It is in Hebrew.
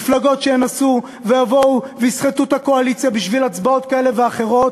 מפלגות שינסו ויבואו ויסחטו את הקואליציה בשביל הצבעות כאלה ואחרות